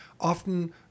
often